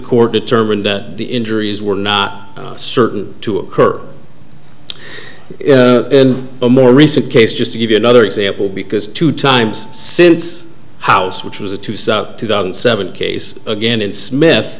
court determined that the injuries were not certain to occur in a more recent case just to give you another example because two times since house which was a to suck two thousand seven case again in smith